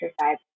exercise